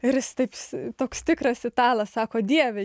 ir jis taip toks tikras italas sako dieve